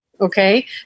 Okay